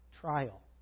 trial